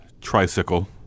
tricycle